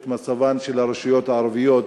את מצבן של הרשויות הערביות,